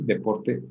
Deporte